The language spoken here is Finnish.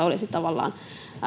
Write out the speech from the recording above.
olisi tavallaan